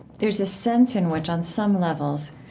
there's this sense in which, on some levels,